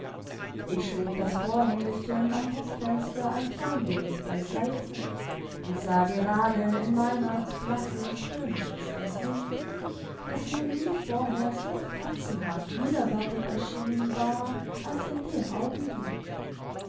ich schob das vorhängelchen am guckfenster ein klein wenig beiseite und sah gerade in meinerts blasses höhnisches gesicht das mir nie vorher so fratzenhaft widerwärtig erschienen war als in dem augenblick